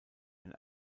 ein